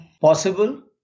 possible